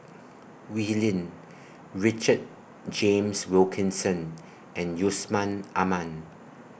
Wee Lin Richard James Wilkinson and Yusman Aman